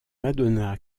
madonna